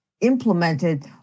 implemented